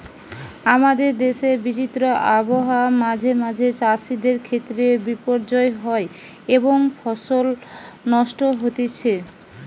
আমাদের দেশের বিচিত্র আবহাওয়া মাঁঝে মাঝে চাষিদের ক্ষেত্রে বিপর্যয় হয় এবং ফসল নষ্ট হতিছে